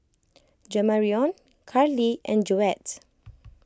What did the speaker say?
Jamarion Karlee and Joette